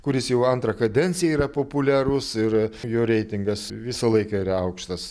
kuris jau antrą kadenciją yra populiarus ir jo reitingas visą laiką yra aukštas